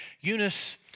Eunice